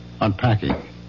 unpacking